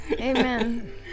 Amen